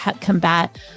combat